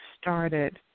started